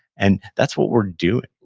and that's what we're doing.